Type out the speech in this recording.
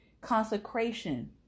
consecration